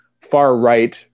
far-right